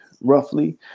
roughly